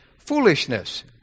foolishness